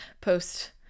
post